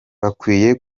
bakwiye